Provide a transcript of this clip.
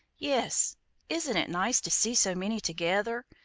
yes isn't it nice to see so many together?